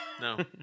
No